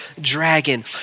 dragon